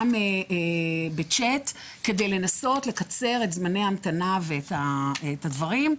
גם בצ'ט כדי לנסות לקצר את זמני ההמתנה ואת הדברים.